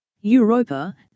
Europa